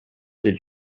did